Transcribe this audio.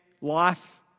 life